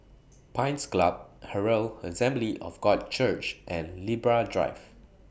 Pines Club Herald Assembly of God Church and Libra Drive